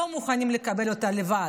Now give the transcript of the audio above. לא מוכנים לקבל אותה לבד,